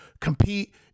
compete